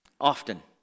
Often